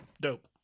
Dope